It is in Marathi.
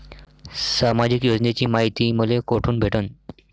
सामाजिक योजनेची मायती मले कोठून भेटनं?